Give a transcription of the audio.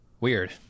Weird